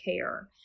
care